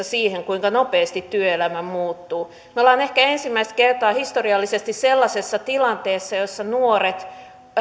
siihen kuinka nopeasti työelämä muuttuu me olemme ehkä ensimmäistä kertaa historiallisesti sellaisessa tilanteessa jossa nuoret